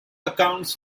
accounts